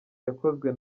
yakozwe